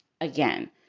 again